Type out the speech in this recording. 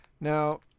now